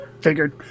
figured